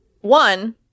One